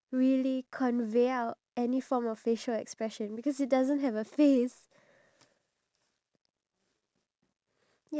but if you're constantly with your phone if you talk about the word angry you can on~ your only perception of it is the angry emoji and then that's it